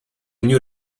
new